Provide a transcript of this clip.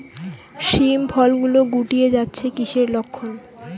শিম ফল গুলো গুটিয়ে যাচ্ছে কিসের লক্ষন?